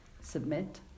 submit